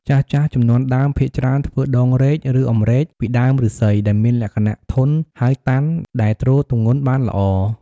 ចាស់ៗជំនាន់ដើម ភាគច្រើនធ្វើដងរែក ឬអម្រែក ពីដើមឫស្សីដែលមានលក្ខណៈធន់ ហើយតាន់ដែលទ្រទម្ងន់បានល្អ។